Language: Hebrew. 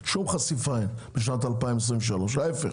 להיפך,